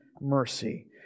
mercy